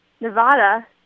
Nevada